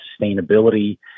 sustainability